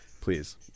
please